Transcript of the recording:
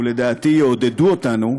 ולדעתי יעודדו אותנו,